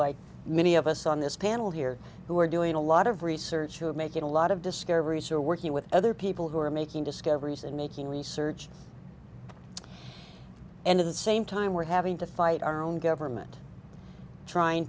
like many of us on this panel here who are doing a lot of research who are making a lot of discoveries are working with other people who are making discoveries and making research and in the same time we're having to fight our own government trying